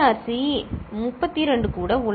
C 32 கூட உள்ளது